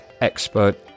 expert